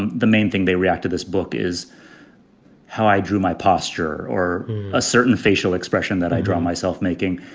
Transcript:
and the main thing they react to this book is how i drew my posture or a certain facial expression that i draw myself making.